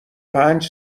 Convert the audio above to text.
پنج